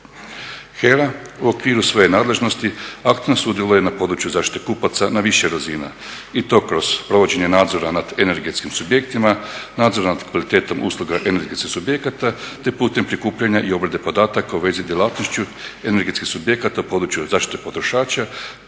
HERA u okviru svoje nadležnosti aktivno sudjeluje na području zaštite kupaca na više razina i to kroz provođenje nadzora nad energetskim subjektima, nadzor nad kvalitetom usluga energetskih subjekata te putem prikupljanja i obrade podataka u vezi s djelatnošću energetskih subjekta u području zaštite potrošača